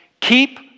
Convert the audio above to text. keep